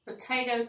Potato